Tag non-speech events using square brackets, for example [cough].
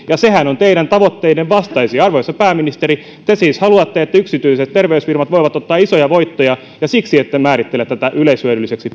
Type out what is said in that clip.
ja sehän on teidän tavoitteidenne vastaista arvoisa pääministeri te siis haluatte että yksityiset terveysfirmat voivat ottaa isoja voittoja ja siksi ette määrittele tätä yleishyödylliseksi [unintelligible]